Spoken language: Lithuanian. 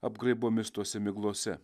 apgraibomis tose miglose